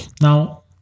Now